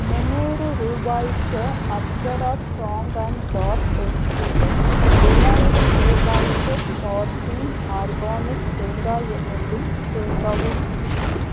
முன்னூறு ரூபாய்க்கு Apsara strong and dark பென்சிலும் தொள்ளாயிரம் ரூபாய்க்கு ஃபார்கிரீன் ஆர்கானிக் தேங்காய் எண்ணெய்யும் சேர்க்கவும்